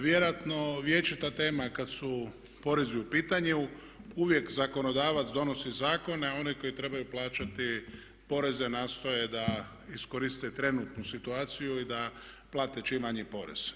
Vjerojatno vječita tema kad su porezi u pitanju, uvijek zakonodavac donosi zakon a oni koji trebaju plaćati poreze nastoje da iskoriste trenutnu situaciju i da plate čim manji porez.